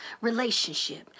relationship